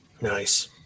Nice